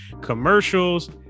commercials